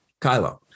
Kylo